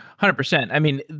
hundred percent. i mean,